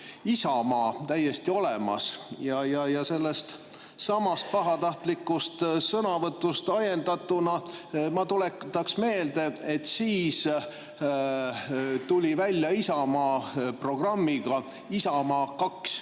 Isamaa täiesti olemas. Sellestsamast pahatahtlikust sõnavõtust ajendatuna ma tuletan meelde, et siis tuli välja Isamaa programmiga Isamaa 2